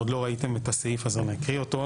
עוד לא ראיתם את הסעיף הזה אז אני אקריא אותו,